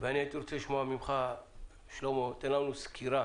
והייתי רוצה לשמוע ממך שלמה, תן לנו סקירה